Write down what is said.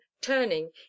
turning